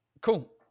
Cool